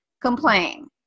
complain